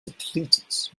depleted